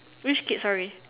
which kid sorry